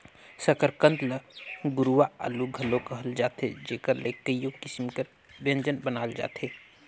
सकरकंद ल गुरूवां आलू घलो कहल जाथे जेकर ले कइयो किसिम कर ब्यंजन बनाल जाथे